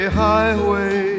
highway